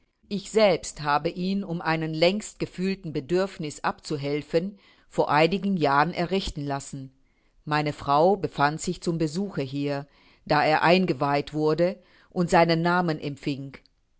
ich selbst habe ihn um einem längst gefühlten bedürfniß abzuhelfen vor einigen jahren errichten lassen meine frau befand sich zum besuche hier da er eingeweiht wurde und seinen namen empfing